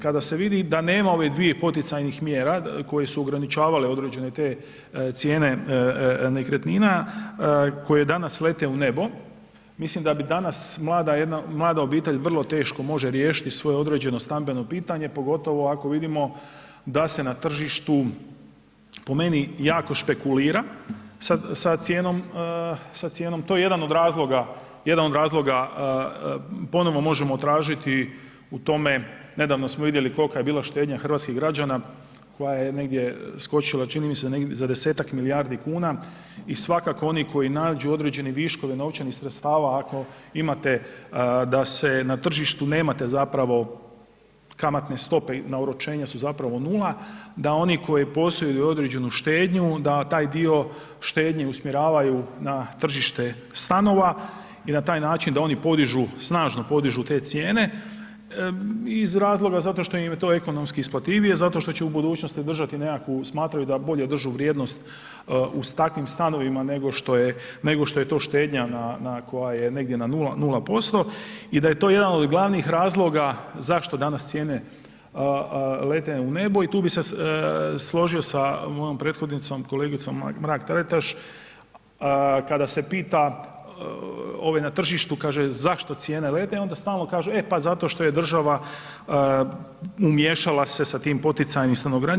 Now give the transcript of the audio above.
Kada se vidi da nema ove dvije poticajnih mjera koje su ograničavale određene te cijene nekretnina koje danas lete u nebo, mislim da bi danas mlada jedna, mlada obitelj vrlo teško može riješiti svoje određeno stambeno pitanje, pogotovo ako vidimo da se na tržištu po meni jako špekulira sa cijenom, sa cijenom, to je jedan od razloga, jedan od razloga, ponovo možemo tražiti u tome, nedavno smo vidjeli kolka je bila štednja hrvatskih građana koja je negdje skočila, čini mi se za 10-tak milijardi kuna i svakako oni koji nađu određene viškove novčanih sredstava ako imate da se, na tržištu nemate zapravo kamatne stope na oročenje su zapravo nula, da oni koji posjeduju određenu štednju, da taj dio štednje usmjeravaju na tržište stanova i na taj način da oni podižu, snažno podižu te cijene iz razloga zato što im je to ekonomski isplativije, zato što će u budućnosti držati nekakvu, smatraju da bolje držu vrijednost u takvim stanovima nego što je, nego što je to štednja na, koja je negdje na 0% i da je to jedan od glavnih razloga zašto danas cijene lete u nebo i tu bi se složio sa mojom prethodnicom kolegicom Mrak Taritaš, kada se pita ove na tržištu kaže zašto cijene lete, onda stalno kažu, e pa zato šta je država umiješala se sa tim poticajima u stanogradnji.